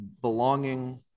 Belonging